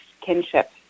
kinship